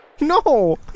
No